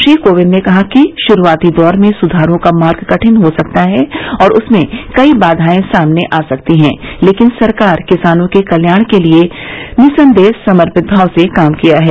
श्री कोविंद ने कहा कि शुरुआती दौर में सुधारों का मार्ग कठिन हो सकता है और उसमें कई बाधाएं सामने आ सकती हैं लेकिन सरकार किसानों के कल्याण के लिए निसंदेह समर्पित भाव से काम किया है